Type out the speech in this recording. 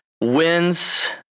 wins